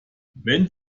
wenn